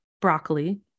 broccoli